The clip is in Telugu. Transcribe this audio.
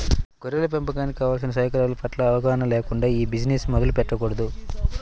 గొర్రెల పెంపకానికి కావలసిన సౌకర్యాల పట్ల అవగాహన లేకుండా ఈ బిజినెస్ మొదలు పెట్టకూడదు